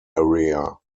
area